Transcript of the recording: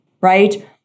right